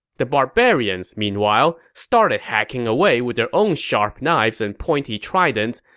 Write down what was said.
the barbarians, meanwhile, started hacking away with their own sharp knives and pointy tridents,